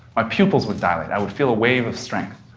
my pupils would dilate. i would feel a wave of strength.